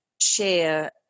share